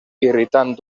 irritant